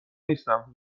نیستم